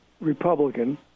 Republican